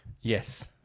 yes